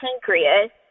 pancreas